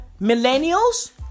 millennials